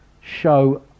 show